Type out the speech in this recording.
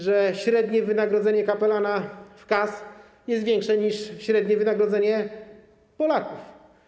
Że średnie wynagrodzenie kapelana w KAS jest większe niż średnie wynagrodzenie Polaków.